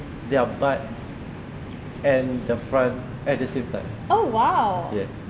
their butt and the front at the same time oh !wow! yet